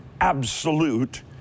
absolute